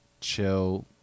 chill